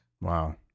wow